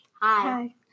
Hi